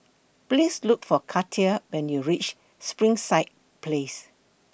Please Look For Katia when YOU REACH Springside Place